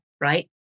right